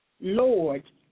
Lord